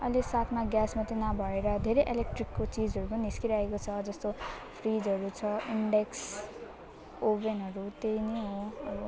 अहिले साथमा ग्यास मात्रै नभएर धेरै इलेक्ट्रिकको चिजहरू पनि निस्किरहेको छ जस्तो फ्रिजहरू छ इन्डक्सन ओभनहरू त्यही नै हो अब